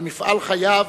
על מפעל חייו